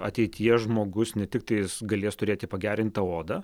ateityje žmogus ne tiktais galės turėti pagerintą odą